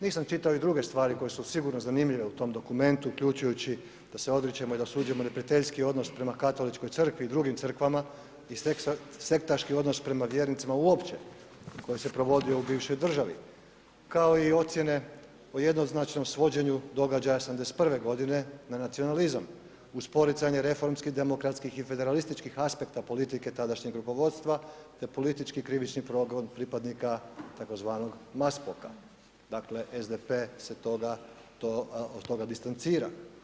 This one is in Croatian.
Nisam čitao i druge stvari koje su sigurno zanimljive u tom dokumentu uključujući da se odričemo i da osuđujemo neprijateljski odnos prema katoličkoj crkvi i drugim crkvama i sektaški odnos prema vjernicima uopće koji se provodio u bivšoj državi, kao i ocijene o jednoznačnom svođenju događaja '71.g. na nacionalizam uz poricanje reformskih, demokracijskih i federalističkih aspekta politike tadašnjeg rukovodstva, te politički i krivični progon pripadnika tzv. Maspoka, dakle SDP se toga, to, od toga distancira.